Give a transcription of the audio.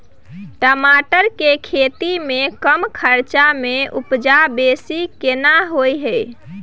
टमाटर के खेती में कम खर्च में उपजा बेसी केना होय है?